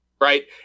Right